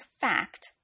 fact